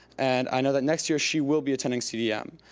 and i know that next year she will be attending cdm.